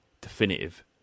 definitive